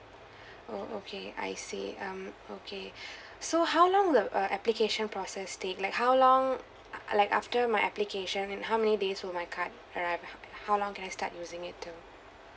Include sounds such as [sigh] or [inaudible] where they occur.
oh okay I see um okay [breath] so how long will uh application process take like how long like after my application and how many days will my card arrive h~ how long can I start using it though